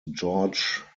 george